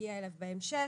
נגיע אליו בהמשך.